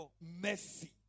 Mercy